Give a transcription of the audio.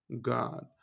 God